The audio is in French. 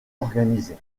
organisé